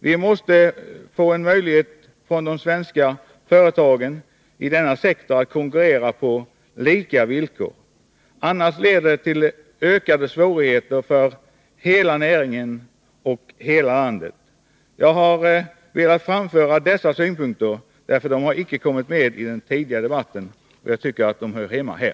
Vi måste få en möjlighet för de svenska företagen i denna sektor att konkurrera på lika villkor, annars leder det till ökade svårigheter för hela näringen och hela landet. Jag har velat framföra dessa synpunkter därför att de icke har kommit med i den tidigare debatten, och jag tycker att de hör hemma här.